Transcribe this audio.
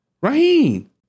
Raheem